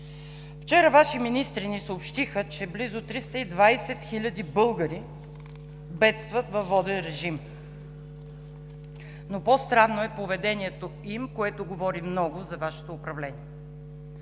Вчера Ваши министри ни съобщиха, че близо 320 хиляди българи бедстват във воден режим. По-странно е поведението им, което говори много за Вашето управление.